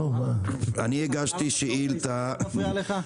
--- לא מפריע לך?